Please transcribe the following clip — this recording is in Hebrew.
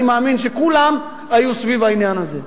אני מאמין שכולם היו סביב העניין הזה.